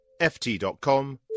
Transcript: ft.com